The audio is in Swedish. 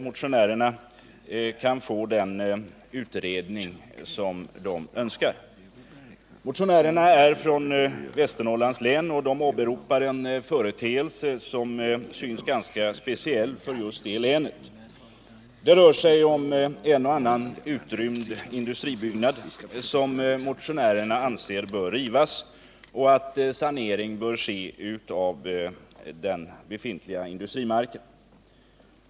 Motionärerna är från Västernorrlands län, och de åberopar en företeelse som synes vara ganska speciell för just det länet. Motionärerna anser att en och annan utrymd industribyggnad bör rivas och att sanering av den befintliga industrimarken bör ske.